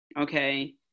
okay